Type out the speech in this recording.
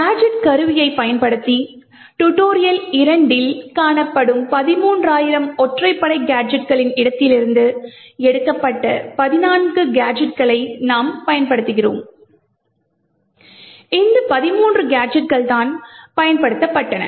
gadget கருவியைப் பயன்படுத்தி tutorial 2 இல் காணப்படும் 13000 ஒற்றைப்படை கேஜெட்களின் இடத்திலிருந்து எடுக்கப்பட்ட 14 கேஜெட்களை நாம் பயன்படுத்துகிறோம் இந்த 13 கேஜெட்கள் தான் பயன்படுத்தப்பட்டன